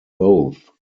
both